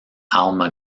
alma